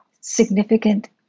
significant